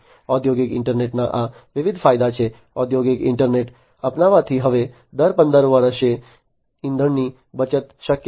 ઔદ્યોગિક ઇન્ટરનેટના આ વિવિધ ફાયદા છે ઔદ્યોગિક ઇન્ટરનેટ અપનાવવાથી હવે દર 15 વર્ષે ઇંધણની બચત શક્ય છે